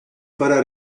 farà